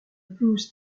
blues